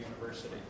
University